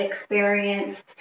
experienced